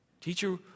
teacher